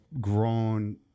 grown